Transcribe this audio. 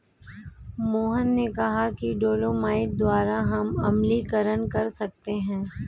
मोहन ने कहा कि डोलोमाइट द्वारा हम अम्लीकरण कर सकते हैं